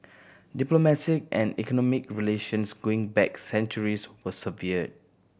diplomatic and economic relations going back centuries were severed